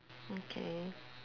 okay